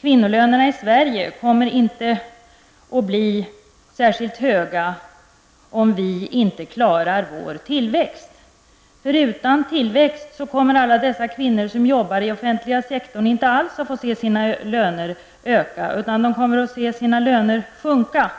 kvinnolönerna i Sverige inte kommer att bli särskilt höga om vi inte klarar vår tillväxt. Utan tillväxt kommer alla dessa kvinnor som jobbar i den offentliga sektorn inte alls att få se sina löner öka, utan de kommer att få se sina löner sjunka.